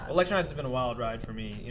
electronauts has been a wild ride for me,